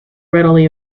readily